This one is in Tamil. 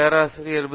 பேராசிரியர் பி